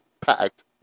packed